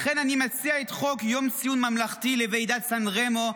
לכן אני מציע את חוק יום ציון ממלכתי לוועידת סן רמו,